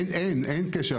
אין קשר.